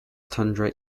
tundra